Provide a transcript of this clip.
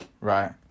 right